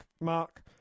mark